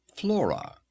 flora